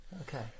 Okay